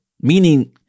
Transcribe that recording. meaning